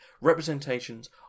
representations